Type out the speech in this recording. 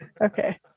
Okay